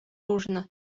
różne